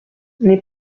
n’est